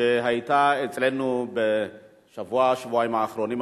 שהיתה אצלנו בשבוע-שבועיים האחרונים,